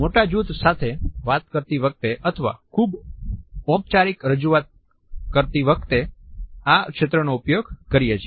મોટા જૂથ સાથે વાત કરતી વખતે અથવા ખૂબ ઔપચારીક રજૂઆત કરતી વખતે આ ક્ષેત્રનો ઉપયોગ કરીએ છીએ